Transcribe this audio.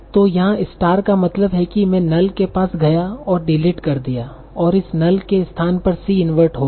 तो यहाँ स्टार का मतलब है कि मैं null के पास गया और डिलीट कर दिया और इस null के स्थान पर C इन्सर्ट हो गया